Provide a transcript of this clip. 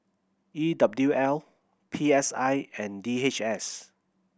E W L P S I and D H S